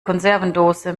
konservendose